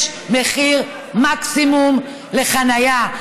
יש מחיר מקסימום לחניה.